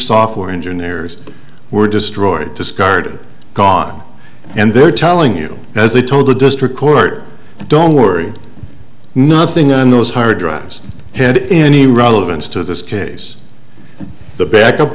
engineers were destroyed discard gone and they're telling you as they told the district court don't worry nothing on those hard drives had any relevance to this case the backup